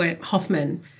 Hoffman